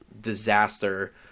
disaster